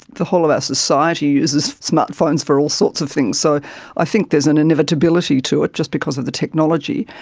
the whole of our society uses smart phones for all sorts of things. so i think there's an inevitability to it, just because of the technology.